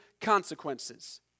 consequences